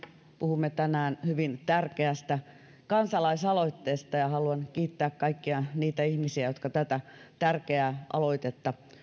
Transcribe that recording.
puhumme tänään hyvin tärkeästä kansalaisaloitteesta ja haluan kiittää kaikkia niitä ihmisiä jotka tätä tärkeää aloitetta